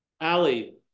Ali